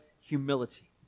humility